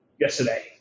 yesterday